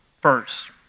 first